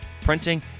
printing